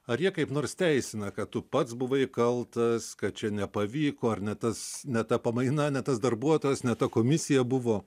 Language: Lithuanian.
ar jie kaip nors teisina kad tu pats buvai kaltas kad čia nepavyko ar ne tas ne ta pamaina ne tas darbuotojas ne ta komisija buvo